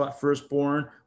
firstborn